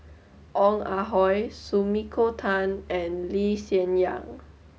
Ong Ah Hoi Sumiko Tan and Lee Hsien Yang